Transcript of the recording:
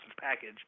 package